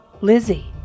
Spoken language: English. Lizzie